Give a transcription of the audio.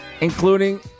including